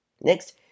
Next